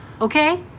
Okay